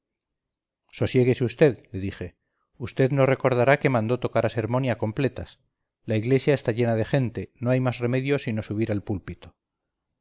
sosiéguese vd le dije vd no recordará que mandó tocar a sermón y a completas la iglesia está llena de gente no hay más remedio sino subir al púlpito